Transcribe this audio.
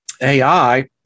AI